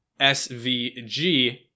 SVG